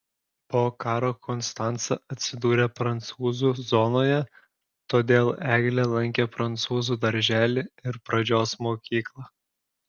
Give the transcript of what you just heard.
po karo konstanca atsidūrė prancūzų zonoje todėl eglė lankė prancūzų darželį ir pradžios mokyklą